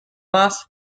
boss